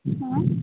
हां